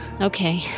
okay